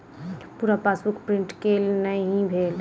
पूरा passbook print केल नहि भेल